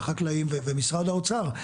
החקלאים ומשרד האוצר.